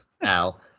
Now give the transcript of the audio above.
Al